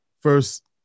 First